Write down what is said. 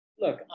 Look